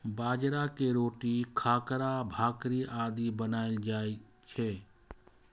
बाजरा के रोटी, खाखरा, भाकरी आदि बनाएल जाइ छै